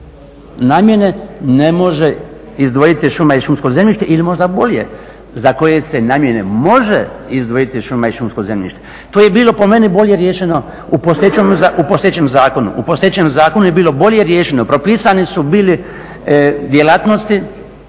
namjene ne može izdvojiti šuma i šumsko zemljište ili možda bolje za koje se namjene može izdvojiti šuma i šumsko zemljište. To je bilo po meni bolje riješeno u postojećem zakonu, propisane su bile djelatnosti